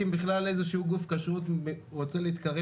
בסעיפים האלה בהתחלה כתוב 'מועצה דתית מבקשת' אבל אחר כך חוזרים לתלם